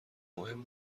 مهم